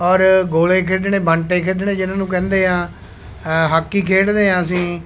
ਔਰ ਗੋਲੇ ਖੇਡਣੇ ਬਾਂਟੇ ਖੇਡਣੇ ਜਿਹਨਾਂ ਨੂੰ ਕਹਿੰਦੇ ਹਾਂ ਹਾਕੀ ਖੇਡਦੇ ਹਾਂ ਅਸੀਂ